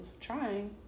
trying